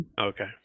Okay